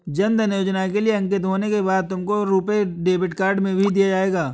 जन धन योजना के लिए अंकित होने के बाद तुमको रुपे डेबिट कार्ड भी दिया जाएगा